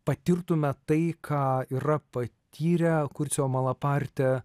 patirtume tai ką yra patyrę kurcio malaparte